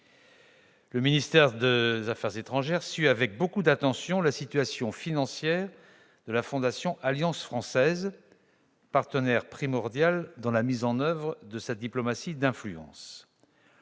Le ministère des affaires étrangères suit avec beaucoup d'attention la situation financière de la Fondation Alliance française, partenaire primordial pour la mise en oeuvre de sa diplomatie d'influence.